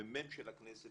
מרכז המחקר והמידע של הכנסת,